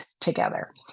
together